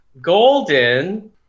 Golden